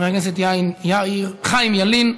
חבר הכנסת חיים ילין,